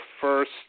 first